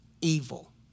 evil